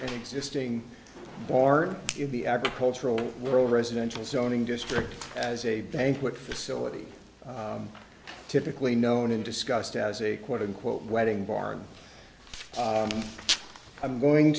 existing barn in the agricultural the residential zoning district has a banquet facility typically known and discussed as a quote unquote wedding bar and i'm going